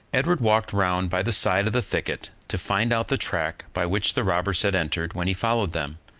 edward walked round by the side of the thicket, to find out the track by which the robbers had entered when he followed them,